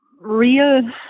real